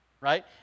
right